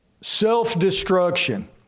self-destruction